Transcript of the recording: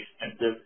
expensive